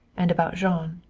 and about jean.